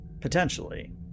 Potentially